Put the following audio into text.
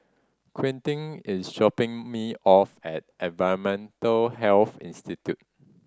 Quentin is dropping me off at Environmental Health Institute